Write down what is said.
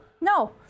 No